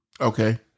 Okay